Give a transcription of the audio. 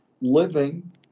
living